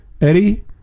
Eddie